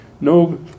no